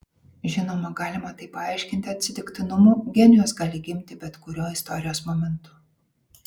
žinoma galima tai paaiškinti atsitiktinumu genijus gali gimti bet kuriuo istorijos momentu